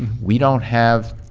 we don't have,